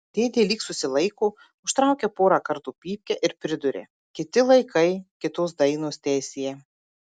dėdė lyg susilaiko užtraukia porą kartų pypkę ir priduria kiti laikai kitos dainos teesie